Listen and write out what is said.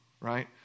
right